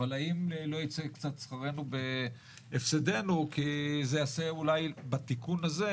אבל האם לא ייצא קצת שכרנו בהפסדנו כי זה יעשה אולי בתיקון הזה